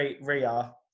ria